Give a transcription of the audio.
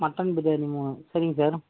mutton biryani மூணு சரிங்க sir